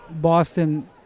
Boston